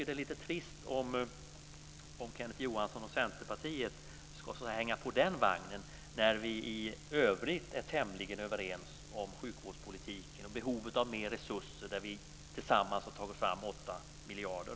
Det är lite trist om Kenneth Johansson och Centerpartiet ska hänga på den vagnen när vi i övrigt är tämligen överens om sjukvårdspolitiken och behovet av mer resurser. Vi har tillsammans tagit fram 8 miljarder.